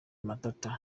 matata